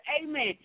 amen